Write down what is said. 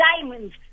diamonds